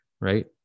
right